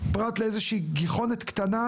פרט לאיזושהי גיחונת קטנה,